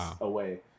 away